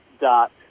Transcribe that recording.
dot